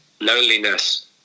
loneliness